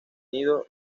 nido